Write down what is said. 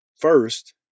first